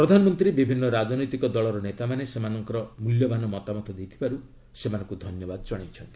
ପ୍ରଧାନମନ୍ତ୍ରୀ ବିଭିନ୍ନ ରାଜନୈତିକ ଦଳର ନେତାମାନେ ସେମାନଙ୍କର ମୂଲ୍ୟବାନ ମତାମତ ଦେଇଥିବାରୁ ସେମାନଙ୍କୁ ଧନ୍ୟବାଦ ଜଣାଇଛନ୍ତି